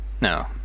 No